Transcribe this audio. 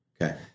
Okay